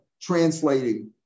translating